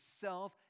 self